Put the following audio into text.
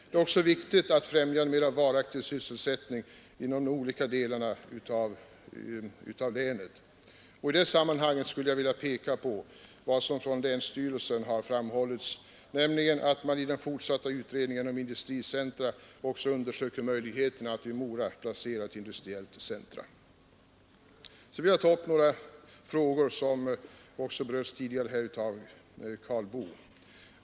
Det är också viktigt att främja en mer varaktig sysselsättning inom de olika delarna av länet, och i det sammanhanget skulle jag vilja peka på vad som från länsstyrelsen i länsplan 70 har framhållits, nämligen att man i den fortsatta utredningen om industricentra också bör undersöka möjligheterna att i Mora placera ett industriellt centrum. Jag vill vidare ta upp några frågor som också berörts tidigare av herr Karl Boo.